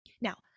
Now